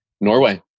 Norway